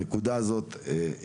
הנקודה הזאת,